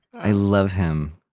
i love him.